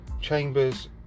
Chambers